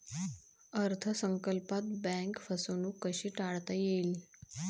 अर्थ संकल्पात बँक फसवणूक कशी टाळता येईल?